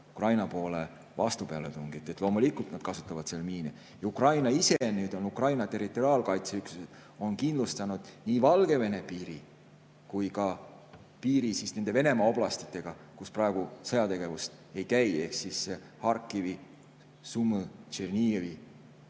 Ukraina poole vastupealetungi. Loomulikult nad kasutavad seal miine. Ja Ukraina ise, Ukraina territoriaalkaitse üksused on kindlustanud nii Valgevene piiri kui ka piiri nende Venemaa oblastitega, kus praegu sõjategevust ei käi, ehk Harkivi, Sumõ ja Tšernihivi